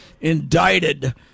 indicted –